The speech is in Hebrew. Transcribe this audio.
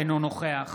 אינו נוכח